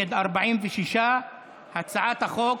בעד, 60, נגד, 46. הצעת החוק